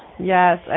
Yes